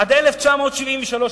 עד 1973,